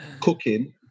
Cooking